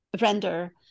render